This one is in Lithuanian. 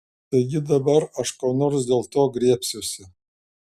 taigi dabar aš ko nors dėl to griebsiuosi